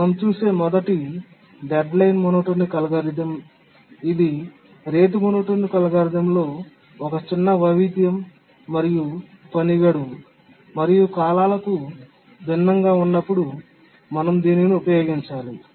మనం చూసే మొదటిది డెడ్లైన్ మోనోటోనిక్ అల్గోరిథం ఇది రేటు మోనోటోనిక్ అల్గోరిథంలో ఒక చిన్న వైవిధ్యం మరియు పని గడువు మరియు కాలాలు భిన్నంగా ఉన్నప్పుడు మనం దీనిని ఉపయోగించాలి